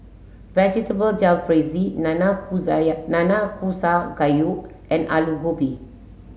vegetable Jalfrezi Nanakusa Gayu and Alu Gobi